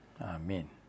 Amen